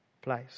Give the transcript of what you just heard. place